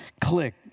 click